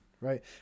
right